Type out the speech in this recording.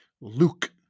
Luke